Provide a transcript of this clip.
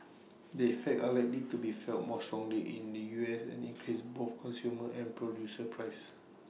the effects are likely to be felt more strongly in the U S and increase both consumer and producer prices